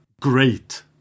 great